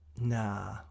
nah